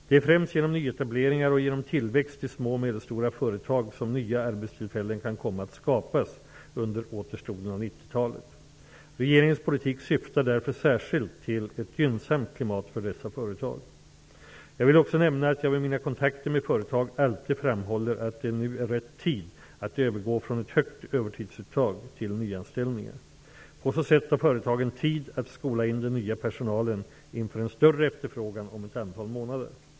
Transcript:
Det är främst genom nyetableringar och genom tillväxt i små och medelstora företag som nya arbetstillfällen kan komma att skapas under återstoden av 1990-talet. Regeringens politik syftar därför särskilt till ett gynnsamt klimat för dessa företag. Jag vill också nämna att jag vid mina kontakter med företag alltid framhåller att det nu är rätt tid att övergå från ett högt övertidsuttag till nyanställningar. På så sätt har företagen tid att skola in den nya personalen inför en större efterfrågan om ett antal månader.